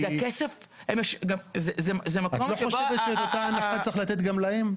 את לא חושבת שאת אותה הנחה צריך לתת גם להם?